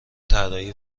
طراحی